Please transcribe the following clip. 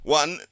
one